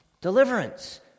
deliverance